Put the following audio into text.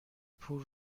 پول